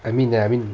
I mean I mean